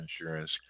insurance